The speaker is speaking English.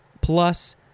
plus